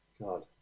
God